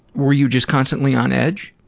were you just constantly on edge?